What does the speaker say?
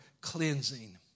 cleansing